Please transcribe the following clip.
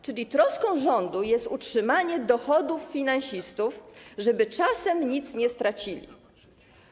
Czyli troską rządu jest utrzymanie dochodów finansistów, żeby czasem nic nie stracili.